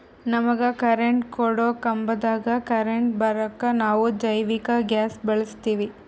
ನಮಗ ಕರೆಂಟ್ ಕೊಡೊ ಕಂಬದಾಗ್ ಕರೆಂಟ್ ಬರಾಕ್ ನಾವ್ ಜೈವಿಕ್ ಗ್ಯಾಸ್ ಬಳಸ್ತೀವಿ